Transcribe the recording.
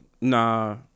Nah